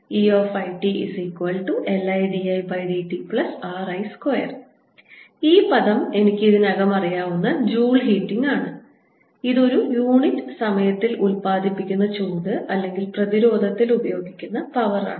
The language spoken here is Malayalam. ϵItLIdIdtRI2 ഈ പദം എനിക്ക് ഇതിനകം അറിയാവുന്ന ജൂൾ ഹീറ്റിംഗ് ആണ് ഇത് ഒരു യൂണിറ്റ് സമയത്തിന് ഉൽപാദിപ്പിക്കുന്ന ചൂട് അല്ലെങ്കിൽ പ്രതിരോധത്തിൽ ഉപയോഗിക്കുന്ന പവർ ആണ്